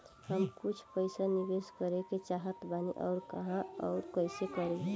हम कुछ पइसा निवेश करे के चाहत बानी और कहाँअउर कइसे करी?